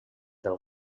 del